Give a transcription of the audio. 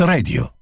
Radio